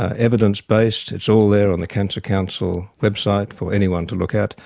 ah evidence-based, it's all there on the cancer council website for anyone to look at,